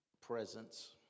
presence